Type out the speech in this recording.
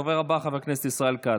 הדובר הבא חבר הכנסת ישראל כץ.